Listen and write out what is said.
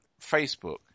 Facebook